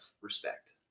respect